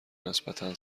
نسبتا